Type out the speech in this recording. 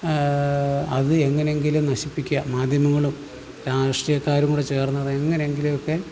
അത് എങ്ങനെ എങ്കിലും നശിപ്പിക്കുക മാധ്യമങ്ങളും രാഷ്ട്രീയക്കാരും കൂടെ ചേർന്ന് അതെങ്ങനെയെങ്കിലും ഒക്കെ